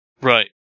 Right